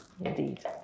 Indeed